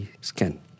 scan